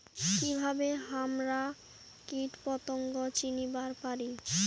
কিভাবে হামরা কীটপতঙ্গ চিনিবার পারি?